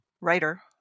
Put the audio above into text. writer